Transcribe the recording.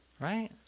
Right